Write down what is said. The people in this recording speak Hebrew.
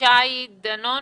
שי דנון,